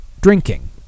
drinking